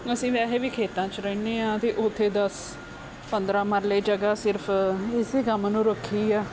ਅਸੀਂ ਵੈਸੇ ਵੀ ਖੇਤਾਂ 'ਚ ਰਹਿੰਦੇ ਹਾਂ ਅਤੇ ਉੱਥੇ ਦੱਸ ਪੰਦਰਾ ਮਰਲੇ ਜਗ੍ਹਾ ਸਿਰਫ਼ ਇਸ ਕੰਮ ਨੂੰ ਰੱਖੀ ਆ